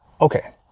Okay